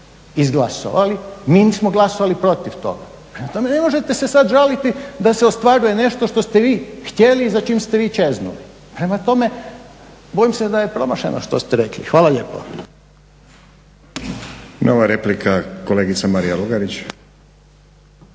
izglasovali, mi nismo glasovali protiv toga. Prema tome, ne možete se sad žaliti da se ostvaruje nešto što ste vi htjeli i za čim ste vi čeznuli. Prema tome, bojim se da je promašeno što ste rekli. Hvala lijepo. **Stazić, Nenad (SDP)** Nova replika, kolegica Marija Lugarić.